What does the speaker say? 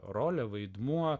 rolę vaidmuo